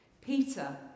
Peter